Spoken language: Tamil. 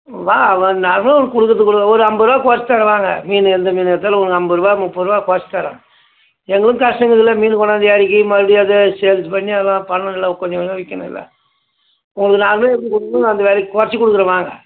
வா வந்து நார்மலாக உங்களுக்கு கொடுக்குறதுக்கு கொடு ஒரு ஐம்பது ரூபா கொறைச்சி தர்றேன் வாங்க மீன் எந்த மீன் எடுத்தாலும் உங்களுக்கு ஐம்பது ரூபா முப்பது ரூபா கொறைச்சி தர்றேன் எங்களுக்கும் கஷ்டம் இருக்குதுல மீன் கொண்டாந்து இறக்கி மறுபடி அதை சேல்ஸ் பண்ணி அதுலாம் பண்ணணும்ல கொஞ்சம் கொஞ்சமாக விக்கணும்ல உங்களுக்கு நார்மலாக எப்படி கொடுக்கணுமோ அந்த விலைக்கு கொறைச்சி கொடுக்குறேன் வாங்க